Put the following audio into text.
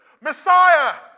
Messiah